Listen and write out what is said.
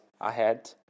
ahead